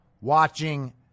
watching